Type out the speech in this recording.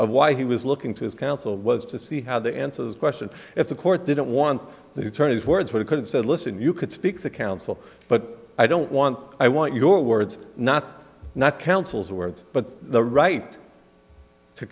of why he was looking to his counsel was to see how the answers question if the court didn't want the attorney's words what he couldn't say listen you could speak the counsel but i don't want i want your words not not councils of words but the right to